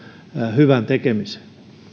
hyvän tekemiseen